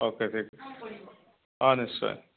okay ঠিক অ' নিশ্চয়